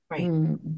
Right